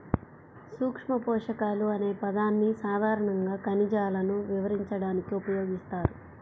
సూక్ష్మపోషకాలు అనే పదాన్ని సాధారణంగా ఖనిజాలను వివరించడానికి ఉపయోగిస్తారు